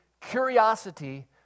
curiosity